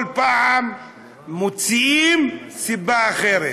כל פעם מוצאים סיבה אחרת.